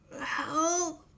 help